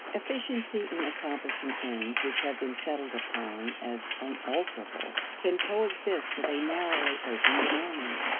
efficiency in accomplishing ends which have been settled upon as unalterable can coexist with a narrowly opened mind.